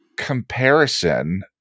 comparison